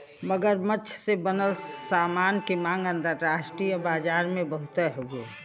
मगरमच्छ से बनल सामान के मांग अंतरराष्ट्रीय बाजार में बहुते हउवे